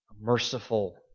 Merciful